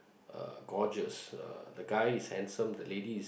uh gorgeous uh the guy is handsome the lady